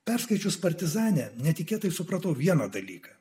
perskaičius partizanę netikėtai supratau vieną dalyką